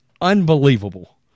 unbelievable